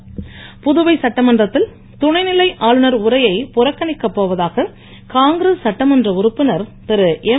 ் புதுவை சட்டமன்றத்தில் துணைநிலை ஆளுநர் உரையை புறக்கணிக்கப் போவதாக காங்கிரஸ் சட்டமன்ற உறுப்பினர் திருஎம்